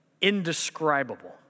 indescribable